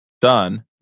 done